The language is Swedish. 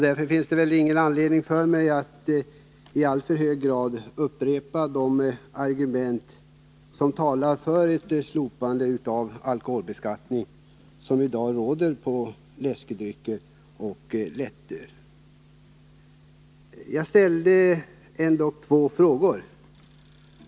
Därför finns det ingen anledning för mig att i alltför hög grad upprepa de argument som talar för ett slopande av den beskattning som i dag råder på läskedrycker och lättöl. Jag ställde två frågor.